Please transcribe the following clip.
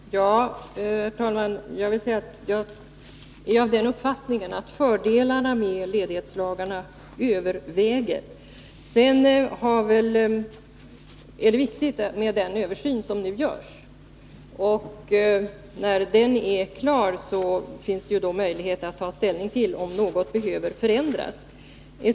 Herr talman! Jag vill säga att jag är av den uppfattningen att fördelarna med ledighetslagarna överväger. Det är viktigt med den översyn som nu görs, och när den är klar finns det möjlighet att ta ställning till om något behöver förändras.